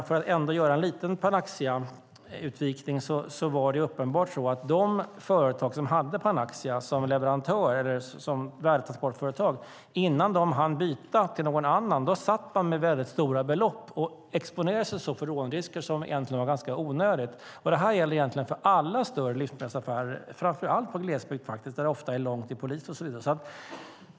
För att göra en liten Panaxiautvikning kan jag nämna att det uppenbart var så att de företag som hade Panaxia som värdetransportföretag blev sittande med väldigt stora belopp innan de hann byta till något annat värdetransportföretag och exponerade sig därigenom för rånrisker som egentligen var ganska onödiga. Detta gäller alla större livsmedelsaffärer, framför allt i glesbygd, där det ofta är långt till polis och så vidare.